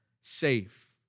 safe